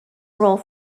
role